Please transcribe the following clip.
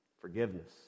forgiveness